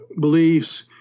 beliefs